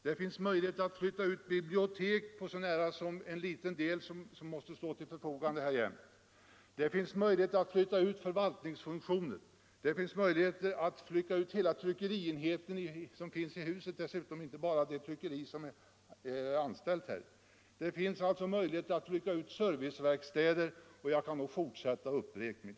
Det finns möjligheter att flytta ut biblioteket — så när som på en liten del, som alltid måste stå till förfogande —, förvaltningsfunktioner, hela riksdagens tryckerienhet samt det tryckeri som riksdagen anlitar, serviceverkstäder m.m. Jag kunde fortsätta uppräkningen.